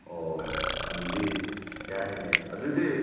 ꯑꯣ ꯑꯗꯨꯗꯤ ꯌꯥꯏꯅꯦ ꯑꯗꯨꯗꯤ